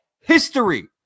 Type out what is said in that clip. history